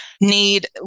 need